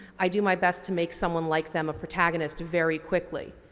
i do my best to make someone like them a protagonist very quickly.